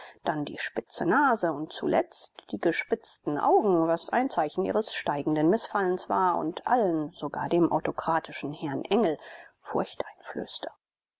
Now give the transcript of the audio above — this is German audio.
dann die spitze nase und zuletzt die gespitzten augen was ein zeichen ihres steigenden mißfallens war und allen sogar dem autokratischen herrn engel